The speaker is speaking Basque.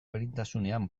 berdintasunean